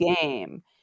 game